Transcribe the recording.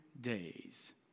days